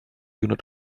unit